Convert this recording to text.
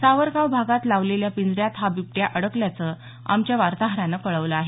सावरगाव भागात लावलेल्या पिंजऱ्यात हा बिबट्या अडकल्याचं आमच्या वार्ताहरानं कळवलं आहे